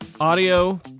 Audio